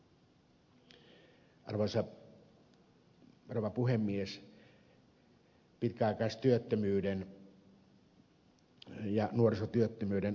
arvoisa rouva puhemies